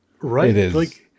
Right